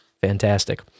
Fantastic